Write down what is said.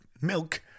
milk